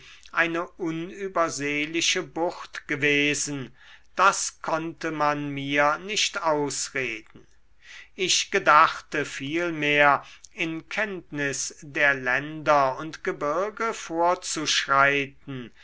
eine unübersehliche bucht gewesen das konnte man mir nicht ausreden ich gedachte vielmehr in kenntnis der länder und gebirge vorzuschreiten